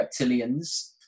reptilians